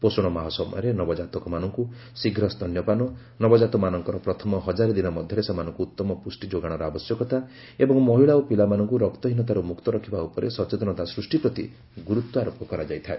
ପୋଷଣ ମାହ ସମୟରେ ନବଜାତମାନଙ୍କୁ ଶୀଘ୍ର ସ୍ତନ୍ୟପାନ ନବଜାତ ମାନଙ୍କର ପ୍ରଥମ ହଜାରେ ଦିନ ମଧ୍ୟରେ ସେମାନଙ୍କୁ ଉତ୍ତମ ପୁଷ୍ଟି ଯୋଗାଣର ଆବଶ୍ୟକତା ଏବଂ ମହିଳା ଓ ପିଲାମାନଙ୍କୁ ରକ୍ତହୀନତାରୁ ମୁକ୍ତ ରଖିବା ଉ ଉପରେ ସଚେତନତା ସୃଷ୍ଟି ପ୍ରତି ଗୁରୁତ୍ୱ ଆରୋପ କରାଯାଇଥାଏ